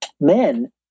men